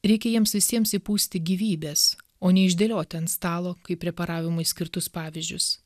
reikia jiems visiems įpūsti gyvybės o ne išdėlioti ant stalo kaip preparavimui skirtus pavyzdžius